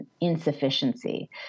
insufficiency